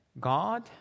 God